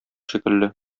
шикелле